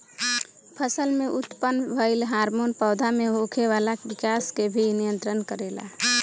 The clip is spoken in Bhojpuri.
फसल में उत्पन्न भइल हार्मोन पौधा में होखे वाला विकाश के भी नियंत्रित करेला